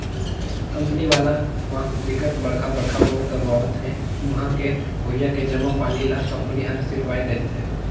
company वाला म बिकट बड़का बड़का बोर करवावत हे उहां के भुइयां के जम्मो पानी ल कंपनी हर सिरवाए देहथे